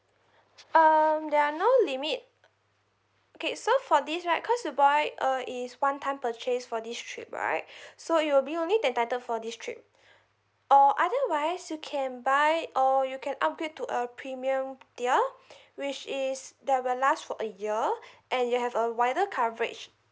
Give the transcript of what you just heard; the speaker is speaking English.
um there are no limit okay so for this right cause you buy uh is one time purchase for this trip right so it will be only entitled for this trip or otherwise you can buy or you can upgrade to a premium tier which is that will last for a year and you have a wider coverage